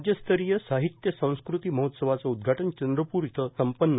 राज्यस्तरीय साहित्य संस्कृती महोत्सवाचं उद्घाटन चंद्रपूर इथं संपव्न